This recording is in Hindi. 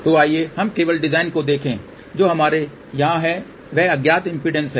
तो आइए हम केवल डिज़ाइन को देखें जो हमारे यहाँ है वह अज्ञात इम्पीडेन्स है